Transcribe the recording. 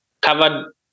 covered